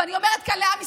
ואני אומרת לעם ישראל: